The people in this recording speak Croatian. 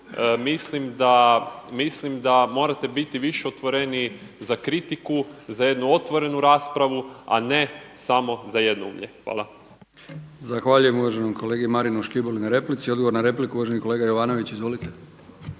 Mislim da morate biti više otvoreniji za kritiku, za jednu otvorenu raspravu a ne samo za jednoumlje. Zahvaljujem uvaženom kolegi Marinu Škiboli na replici. Odgovor na repliku uvaženi kolega Jovanović. Izvolite.